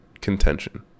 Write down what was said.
contention